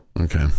okay